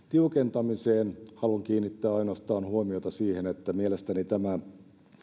tiukentamiseen haluan kiinnittää huomiota ainoastaan siihen että mielestäni tämä